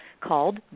called